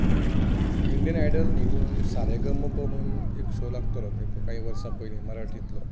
Indian Idol न्ही पूण सारेगमप म्हणून एक शो लागतलो काही वर्सां पयलीं मराठींतलो